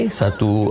satu